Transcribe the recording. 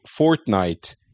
Fortnite